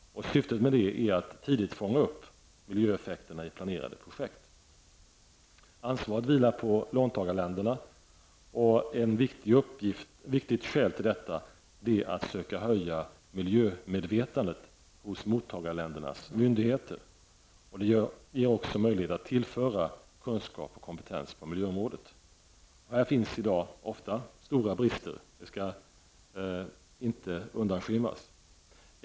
Syftet är att tidigt fånga upp miljöeffekterna av planerade projekt. Ansvaret vilar på låntagarländerna. Ett viktigt skäl till detta är att man vill försöka höja miljömedvetandet hos mottagarländernas myndigheter. Det ger också möjlighet att tillföra kunskap och kompetens på miljöområdet. Härvidlag finns i dag ofta stora brister, det skall inte undanskymmas.